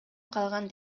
калган